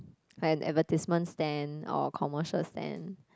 like advertisement stand or commercial stand